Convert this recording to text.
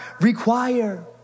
require